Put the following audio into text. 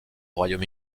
royaume